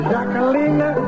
Jacqueline